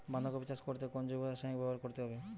বাঁধাকপি চাষ করতে কোন জৈব রাসায়নিক ব্যবহার করতে হবে?